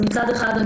מצד אחד,